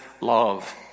love